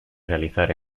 realizar